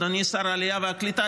אדוני שר העלייה והקליטה,